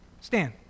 Stand